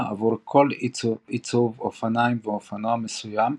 עבור כל עיצוב אופניים ואופנוע מסוים,